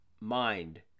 mind